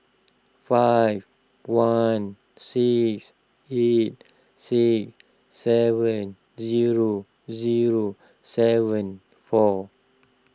five one six eight six seven zero zero seven four